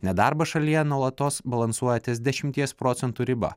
nedarbas šalyje nuolatos balansuoja ties dešimties procentų riba